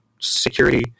security